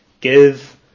give